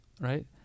right